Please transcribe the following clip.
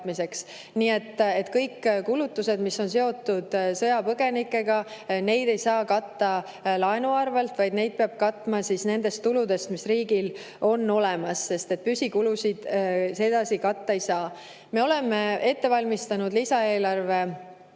Nii et ühtegi kulutust, mis on seotud sõjapõgenikega, ei saa katta laenu varal, vaid neid peab katma nendest tuludest, mis riigil on olemas, sest püsikulusid [teisiti] katta ei saa. Me oleme ette valmistanud lisaeelarve